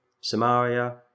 samaria